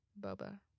Boba